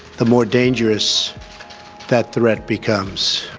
the more dangerous that threat becomes.